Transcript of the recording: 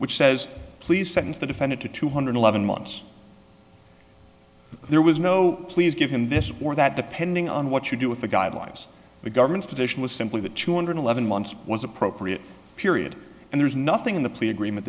which says please sentence the defendant to two hundred eleven months there was no please give him this war that depending on what you do with the guidelines the government's position was simply that two hundred eleven months was appropriate period and there's nothing in the plea agreement